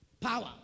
Power